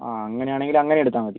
അ അങ്ങനെയാണെങ്കിൽ അങ്ങനെ എടുത്താൽ മതി